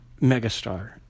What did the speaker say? megastar